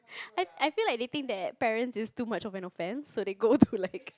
I I feel like they think that parents is like too much of an offense so they go to like